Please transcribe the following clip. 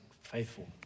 faithful